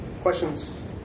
Questions